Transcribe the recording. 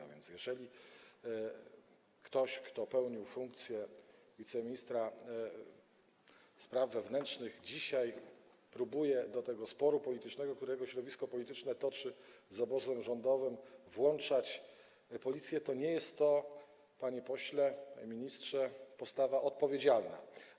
A więc jeżeli ktoś, kto pełnił funkcję wiceministra spraw wewnętrznych, dzisiaj próbuje do tego sporu politycznego, którego środowisko polityczne toczy z obozem rządowym, włączać Policję, to nie jest to, panie pośle, panie ministrze, postawa odpowiedzialna.